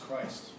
Christ